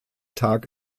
tag